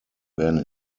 werden